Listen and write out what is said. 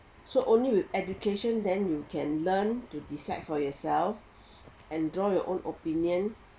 so only with education then you can learn to decide for yourself and draw your own opinion